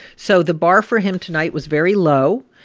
so the bar for him tonight was very low.